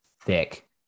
thick